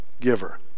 giver